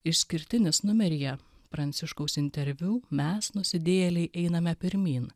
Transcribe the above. išskirtinis numeryje pranciškaus interviu mes nusidėjėliai einame pirmyn